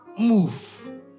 move